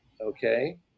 Okay